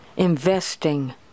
Investing